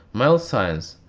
mel science.